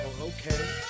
Okay